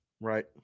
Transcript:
right